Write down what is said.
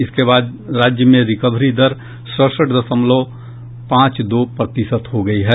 इसके बाद राज्य में रिकवरी दर सड़सठ दशमलव पांच दो प्रतिशत हो गयी है